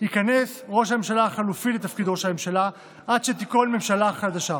ייכנס ראש הממשלה החלופי לתפקיד ראש הממשלה עד שתיכון ממשלה חדשה.